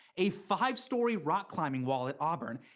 a five-story rock climbing wall at auburn,